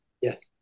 Yes